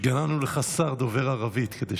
יש חברי כנסת,